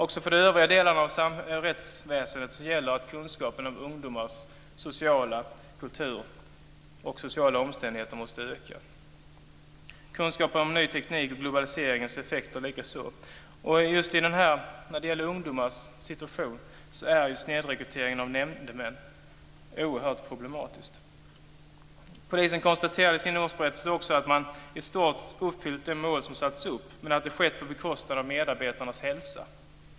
Också för övriga delar av rättsväsendet gäller att kunskapen om ungdomars sociala kultur och sociala omständigheter måste öka, likaså kunskapen om ny teknik och globaliseringens effekter. Just när det gäller ungdomarnas situation är snedrekryteringen av nämndemän oerhört problematisk. Polisen konstaterar också i sin årsberättelse att man i stort har uppfyllt de mål som satts upp men att det skett på bekostnad av medarbetarnas hälsa.